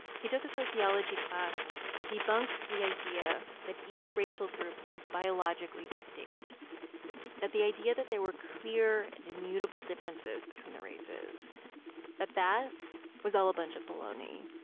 he took a sociology class debunked the idea that each racial group was biologically distinct that the idea that there were clear and immutable differences between the races that that was all a bunch of baloney,